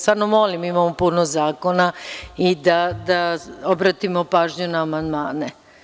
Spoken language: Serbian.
Stvarno molim, imamo puno zakona i da obratimo pažnju na amandmane.